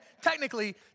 technically